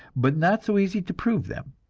but not so easy to prove them.